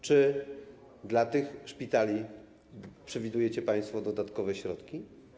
Czy dla tych szpitali przewidujecie państwo dodatkowe środki?